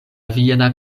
viena